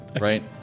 right